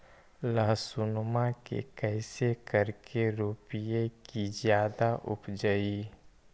लहसूनमा के कैसे करके रोपीय की जादा उपजई?